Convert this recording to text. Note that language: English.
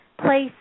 place